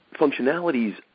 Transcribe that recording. functionalities